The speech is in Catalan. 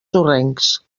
sorrencs